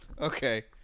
Okay